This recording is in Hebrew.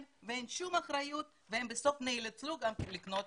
ואין שום אחריות ובסוף הם נאלצו לקנות